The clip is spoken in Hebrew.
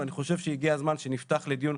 ואני חושב שהגיע הזמן שנפתח לדיון.